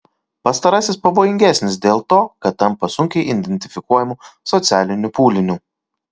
pastarasis pavojingesnis dėl to kad tampa sunkiai identifikuojamu socialiniu pūliniu